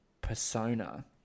persona